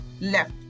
left